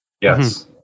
Yes